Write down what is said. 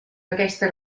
aquesta